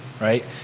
right